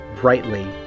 brightly